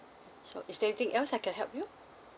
so is there anything else I can help you